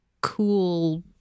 cool